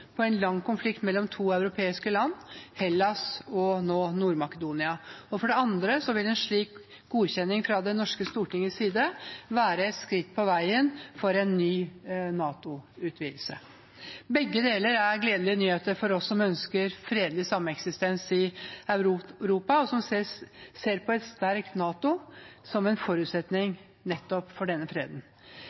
på en lang konflikt mellom to europeiske land, Hellas og nå Nord-Makedonia. For det andre vil en slik godkjenning fra det norske Stortingets side være et skritt på veien for en ny NATO-utvidelse. Begge deler er gledelige nyheter for oss som ønsker oss fredelig sameksistens i Europa, og som ser på et sterkt NATO som en forutsetning for denne freden.